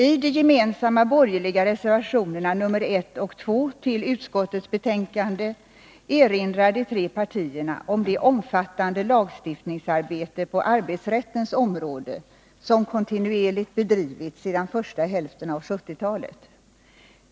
I den gemensamma borgerliga reservationen 1 till utskottets betänkande erinrar de tre partierna om det omfattande lagstiftningsarbete på arbetsrättens område som kontinuerligt bedrivits sedan första hälften av 1970-talet.